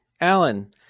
Alan